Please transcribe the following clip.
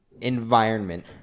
environment